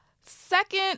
Second